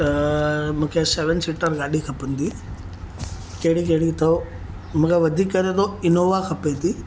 त मूंखे seven seater गाॾी खपंदी कहिड़ी कहिड़ी अथव मूंखे वधीक करे त इनॉवा खपे थी